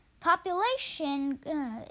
Population